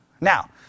Now